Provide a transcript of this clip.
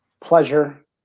pleasure